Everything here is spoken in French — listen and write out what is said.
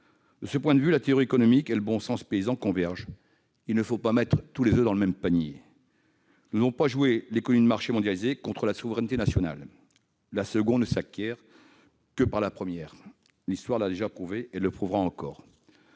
De ce point de vue, la théorie économique et le bon sens paysan convergent : il ne faut pas mettre tous ses oeufs dans le même panier. Nous ne devons pas jouer l'économie de marché mondialisée contre la souveraineté nationale : la seconde ne s'acquiert que par la première. L'histoire l'a déjà prouvé et le prouvera encore.